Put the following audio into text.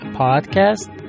podcast